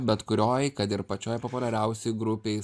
bet kurioj kad ir pačioj populiariausioj grupėj